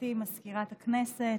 גברתי מזכירת הכנסת,